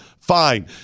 fine